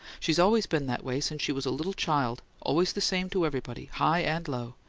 she's always been that way since she was a little child always the same to everybody, high and low.